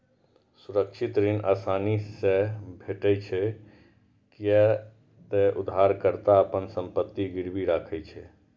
सुरक्षित ऋण आसानी से भेटै छै, कियै ते उधारकर्ता अपन संपत्ति गिरवी राखै छै